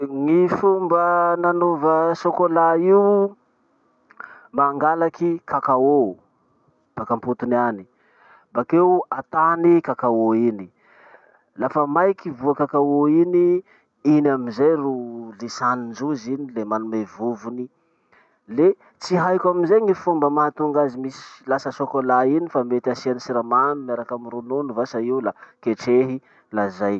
Gny fomba nanova sokola io. Mangalaky cacao baka ampotony any, bakeo atany cacao iny, lafa maiky voa cacao iny, iny amizay ro lisanindrozy iny le manome vovony. Le tsy haiko amizay gny fomba mahatonga azy misy- lasa chocolat iny fa mety asiany siramamy miaraky amy ronono vasa io la ketrehy la zay.